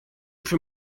from